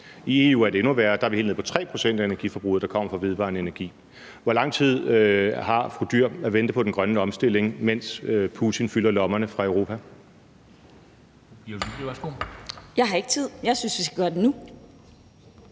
I EU er det endnu værre. Der er vi helt nede på, at det kun er 3 pct. af energiforbruget, der kommer fra vedvarende energi. Hvor lang tid har fru Pia Olsen Dyhr til at vente på den grønne omstilling, mens Putin fylder lommerne med penge